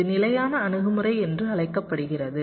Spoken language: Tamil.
இது நிலையான அணுகுமுறை என்று அழைக்கப்படுகிறது